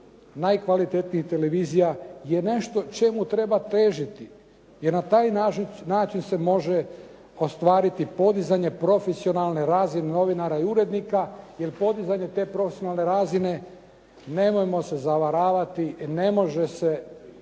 najkvalitetnijih televizija je nešto čemu treba težiti, jer na taj način se može ostvariti podizanje profesionalne razine novinara i urednika. Jer podizanje te profesionalne razine, nemojmo se zavaravati ne može se